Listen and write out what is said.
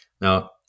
now